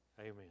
Amen